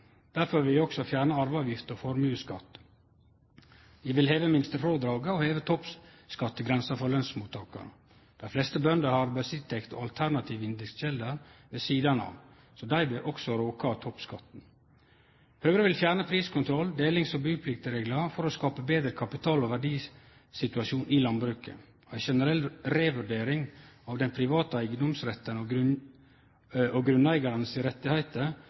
Derfor vil vi også fjerne arveavgift og formuesskatt. Vi vil heve minstefrådraget og heve grensa for toppskatt for lønnsmottakarar. Dei fleste bønder har arbeidsinntekt og alternative inntektskjelder ved sida av, så dei blir også råka av toppskatten. Høgre vil fjerne priskontroll og delings- og bupliktreglar for å skape ein betre kapital- og verdisituasjon i landbruket. Ei generell revurdering av den private eigedomsretten og